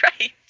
right